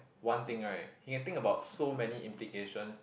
one thing right he can think about so many implications